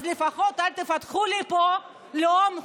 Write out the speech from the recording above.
אז לפחות אל תפתחו לי פה לאום חדש: